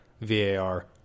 VAR